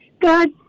Good